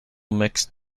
mixed